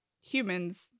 humans